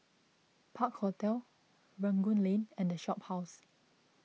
Park Hotel Rangoon Lane and the Shophouse